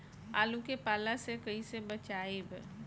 आलु के पाला से कईसे बचाईब?